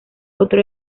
otro